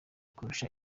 kurusha